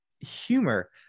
humor